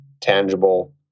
tangible